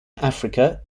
africa